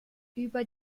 über